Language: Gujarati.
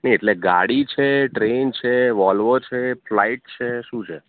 નહીં એટલે ગાડી છે ટ્રેન છે વોલ્વો છે ફ્લાઇટ છે શું છે